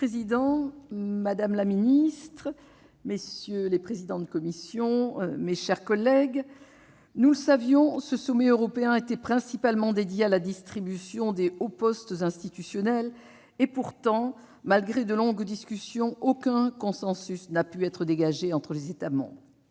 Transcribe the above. Monsieur le président, madame la secrétaire d'État, mes chers collègues, nous le savions, ce sommet européen était principalement dédié à la distribution des hauts postes institutionnels ; pourtant, malgré de longues discussions, aucun consensus n'a pu être dégagé entre les États membres.